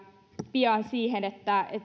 pian siihen